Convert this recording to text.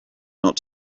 not